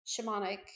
shamanic